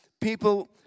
people